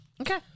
Okay